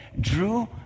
drew